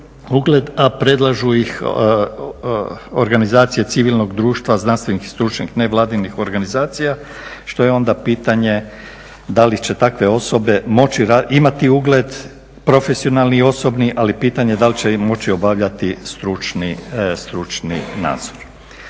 a predlažu ih organizacije civilnog društva, znanstvenih i stručnih nevladinih organizacija što je onda pitanje da li će takve osobe moći imati ugled profesionalni i osobni, ali pitanje da li će moći obavljati stručni nadzor.